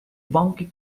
wonky